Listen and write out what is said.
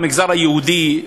במגזר היהודי,